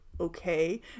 okay